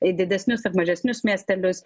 į didesnius ar mažesnius miestelius